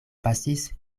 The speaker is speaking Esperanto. pasis